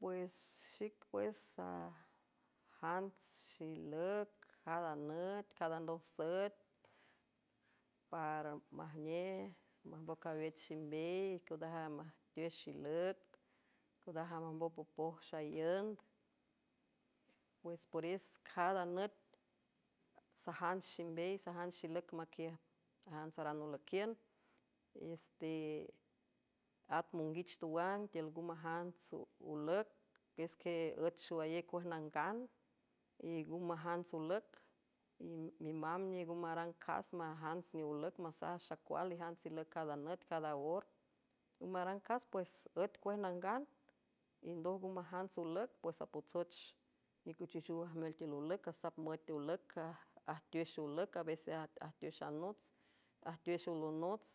Pues xicuas sajantsxilad nt cada ndoj süet para majnej majmboc awech ximbey queodaja ajtwex xilüc ceondaja majmbo popoj xaiünd pues pores cada nüt sajant ximbey sajanh xilüc maquiüj ajantsaran olüquiün is te at monguich tuwang tiül ngu majants olüc ques que üet xoayé cuej nangan y ngu majants olüc y mimamb niejngu marang cas majants nij olüc masaja xacual yjants ilüc cada nüt cada or ngu marang cas pues üet cuej nangan y ndoj ngu majants olüc pues apotsoech nicuchichüw ajmel tiül olüc asap müet eolüc ajteuex olüc avese ajteuex anots ajtuwex olünots